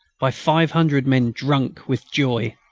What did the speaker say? by five hundred men drunk with joy.